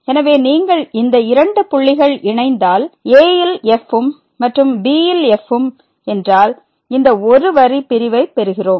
எனவே நீங்கள் இந்த இரண்டு புள்ளிகள் இணைந்தால் aல் fம் மற்றும் bல் f ம் என்றால் இந்த ஒரு வரி பிரிவைப் பெறுகிறோம்